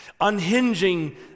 Unhinging